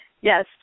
Yes